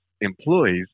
employees